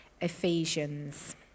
Ephesians